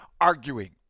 arguing